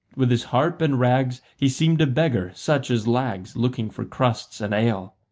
with his harp and rags, he seemed a beggar, such as lags looking for crusts and ale.